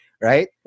right